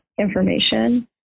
information